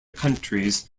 countries